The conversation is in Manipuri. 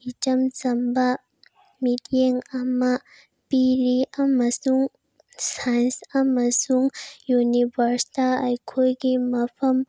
ꯏꯆꯝ ꯆꯝꯕ ꯃꯤꯠꯌꯦꯡ ꯑꯃ ꯄꯤꯔꯤ ꯑꯃꯁꯨꯡ ꯁꯥꯏꯟꯁ ꯑꯃꯁꯨꯡ ꯌꯨꯅꯤꯚꯔꯁꯇ ꯑꯩꯈꯣꯏꯒꯤ ꯃꯐꯝ